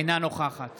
אינה נוכחת